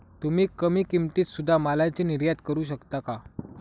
तुम्ही कमी किमतीत सुध्दा मालाची निर्यात करू शकता का